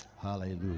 Hallelujah